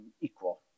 equal